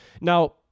Now